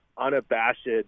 unabashed